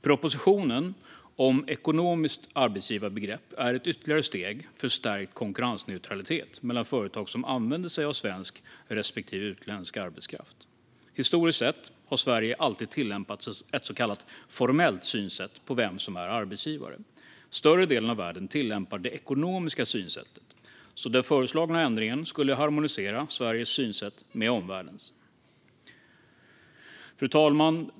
Propositionen om ekonomiskt arbetsgivarbegrepp är ett ytterligare steg för stärkt konkurrensneutralitet mellan företag som använder sig av svensk respektive utländsk arbetskraft. Historiskt sett har Sverige alltid tillämpat ett så kallat formellt synsätt på vem som är arbetsgivare. Större delen av världen tillämpar det ekonomiska synsättet. Den föreslagna ändringen skulle därför harmonisera Sveriges synsätt med omvärldens. Fru talman!